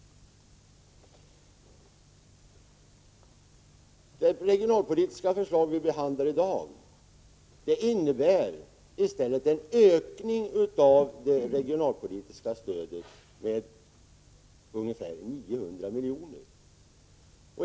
Det regionalpolitiska förslag som vi i dag behandlar innebär i stället en ökning av det regionalpolitiska stödet med ungefär 900 milj.kr.